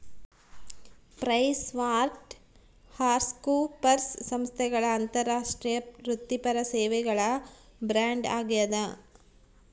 PricewaterhouseCoopers ಸಂಸ್ಥೆಗಳ ಅಂತಾರಾಷ್ಟ್ರೀಯ ವೃತ್ತಿಪರ ಸೇವೆಗಳ ಬ್ರ್ಯಾಂಡ್ ಆಗ್ಯಾದ